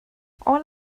all